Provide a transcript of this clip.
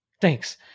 Thanks